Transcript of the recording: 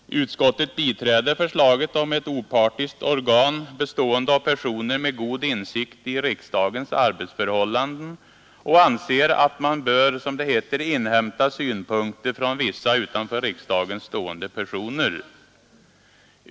Utskottet biträder förslaget om ett opartiskt organ bestående av personer med god insikt i riksdagens arbetsförhållanden och anser att man bör, som det heter, ”inhämta synpunkter från vissa utanför riksdagen stående personer”.